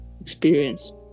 Experience